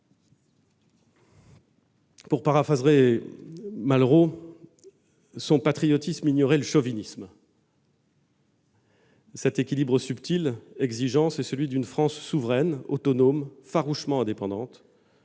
Pour paraphraser Malraux, le patriotisme de Jacques Chirac ignorait le chauvinisme. Cet équilibre subtil, exigeant, c'est celui d'une France souveraine, autonome, farouchement indépendante,